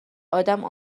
ادم